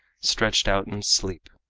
stretched out in sleep,